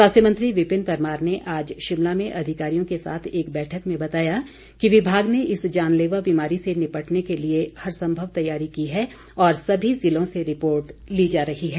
स्वास्थ्य मंत्री विपिन परमार ने आज शिमला में अधिकारियों के साथ एक बैठक में बताया कि विभाग ने इस जानलेवा बीमारी से निपटने के लिए हरसंभव तैयारी की है और सभी जिलों से रिपोर्ट ली जा रही है